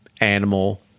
animal